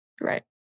Right